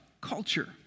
culture